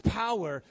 power